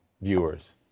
viewers